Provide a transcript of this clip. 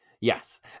Yes